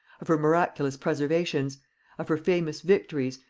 of her miraculous preservations of her famous victories,